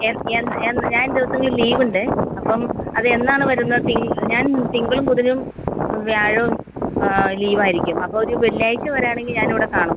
എന്ന് എന്ന് ഞാൻ ദിവസങ്ങൾ ലീവ് ഉണ്ട് അപ്പം അത് എന്നാണ് വരുന്ന തി ഞാൻ തിങ്കളും ബുധനും വ്യാഴവും ലീവ് ആയിരിക്കും അപ്പോൾ ഒരു വെള്ളിയായ്ച്ച വരുകയാണെങ്കിൽ ഞാൻ ഇവിടെ കാണും